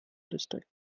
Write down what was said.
district